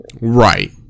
Right